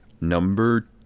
Number